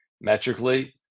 metrically